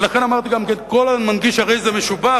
ולכן אמרתי גם: כל המנגיש הרי זה משובח.